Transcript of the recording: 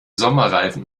sommerreifen